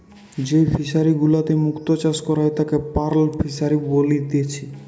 যেই ফিশারি গুলাতে মুক্ত চাষ করা হয় তাকে পার্ল ফিসারী বলেতিচ্ছে